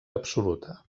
absoluta